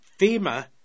FEMA